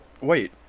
Wait